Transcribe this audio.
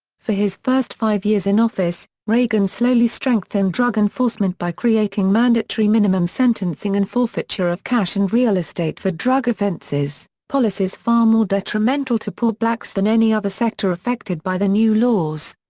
for his first five years in office, reagan slowly strengthened drug enforcement by creating mandatory minimum sentencing and forfeiture of cash and real estate for drug offenses, policies far more detrimental to poor blacks than any other sector affected by the new laws.